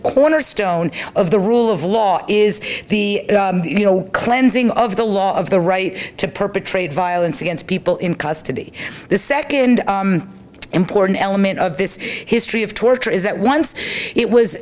cornerstone of the rule of law is the cleansing of the law of the right to perpetrate violence against people in custody the second important element of this history of torture is that once it was